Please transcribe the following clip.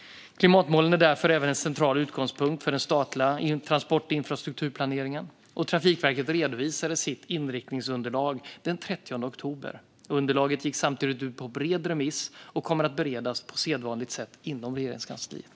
Klimatmålen är därför även en central utgångspunkt för den statliga transportinfrastrukturplaneringen. Trafikverket redovisade sitt inriktningsunderlag den 30 oktober. Underlaget gick samtidigt ut på bred remiss och kommer att beredas på sedvanligt sätt inom Regeringskansliet.